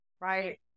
right